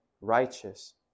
righteous